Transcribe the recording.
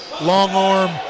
long-arm